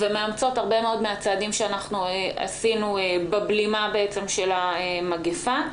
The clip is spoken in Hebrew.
ומאמצות הרבה מאוד מהצעדים שאנחנו עשינו בבלימה בעצם של המגפה.